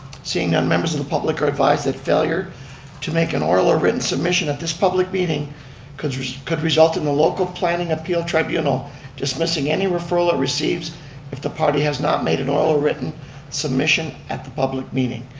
seeing none members of the public are advised that failure to make an oral or written submission at this public meeting could you know could result in the local planning appeal tribunal dismissing any referral it receives if the party has not made an oral or written submission at the public meeting.